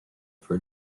for